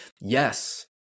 Yes